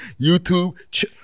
YouTube